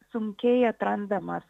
sunkėja atrandamas